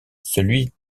celui